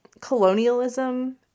colonialism